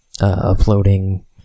uploading